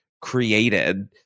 created